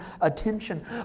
attention